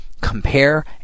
compare